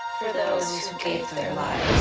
for those who gave their lives.